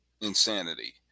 insanity